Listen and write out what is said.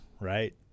right